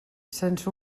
sense